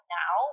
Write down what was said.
now